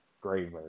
great